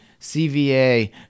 CVA